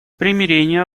примирение